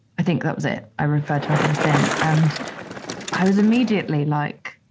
i think that was it. i referred to myself as thin and i was immediately like,